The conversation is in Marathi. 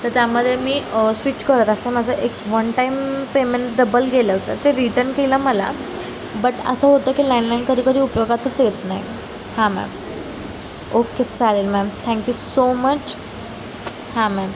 तर त्यामध्ये मी स्विच करत असते माझं एक वन टाईम पेमेंट डबल गेलं तर ते रिटर्न केलं मला बट असं होतं की लँडलाईन कधी कधी उपयोगातच येत नाही हां मॅम ओके चालेल मॅम थँक्यू सो मच हां मॅम